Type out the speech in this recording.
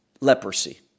leprosy